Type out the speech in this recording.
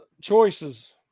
choices